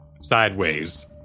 sideways